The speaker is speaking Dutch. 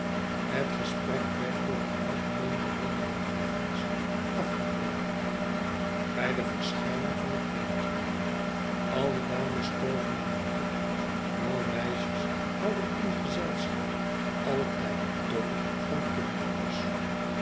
hefc gesprek werd door een algemeen bewonderend gegons afgebroken bij de verschijning van het kindje al de dames stoven er naar toe jonge meisjes houden in gezelschap altijd dol van kindertjes